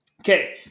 okay